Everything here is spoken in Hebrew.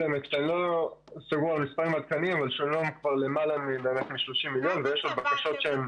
שולמו כבר למעלה מ-30 מיליון ויש גם בקשות שעדיין